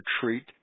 treat